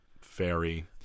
Fairy